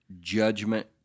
judgment